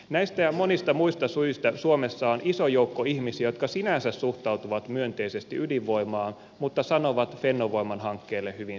näistä ja monista muista syistä suomessa on iso joukko ihmisiä jotka sinänsä suhtautuvat myönteisesti ydinvoimaan mutta sanovat fennovoiman hankkeelle hyvin selvästi ei